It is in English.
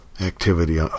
activity